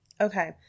Okay